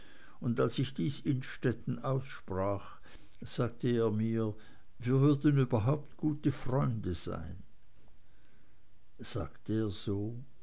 und als ich dies innstetten aussprach sagte er mir wir würden überhaupt gute freunde sein sagte er so